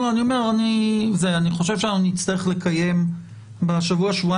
אני חושב שאנחנו נצטרך לקיים בשבוע-שבועיים